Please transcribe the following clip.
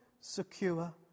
secure